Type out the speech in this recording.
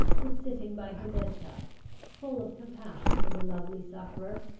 was sitting by her bed-side, full of compassion for the lovely sufferer,